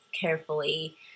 carefully